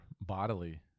bodily